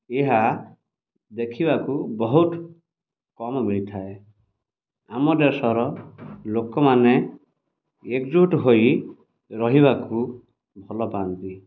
ଏହା ଦେଖିବାକୁ ବହୁତ କମ୍ ମିଳିଥାଏ ଆମ ଦେଶର ଲୋକମାନେ ଏକଜୁଟ୍ ହୋଇ ରହିବାକୁ ଭଲ ପାଆନ୍ତି